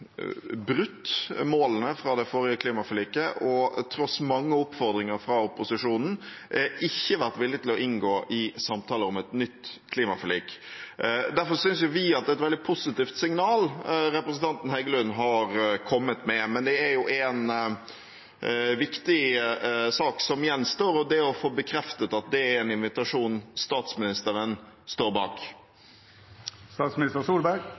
fra det forrige klimaforliket og tross mange oppfordringer fra opposisjonen ikke vært villig til å inngå i samtaler om et nytt klimaforlik. Derfor synes vi det er et veldig positivt signal representanten Heggelund har kommet med. Men det er en viktig sak som gjenstår, og det er å få bekreftet at det er en invitasjon statsministeren står